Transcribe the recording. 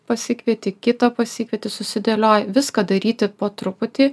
pasikvieti kitą pasikvieti susidėlioji viską daryti po truputį